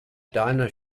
dinah